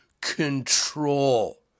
control